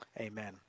Amen